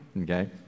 Okay